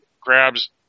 grabs